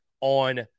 on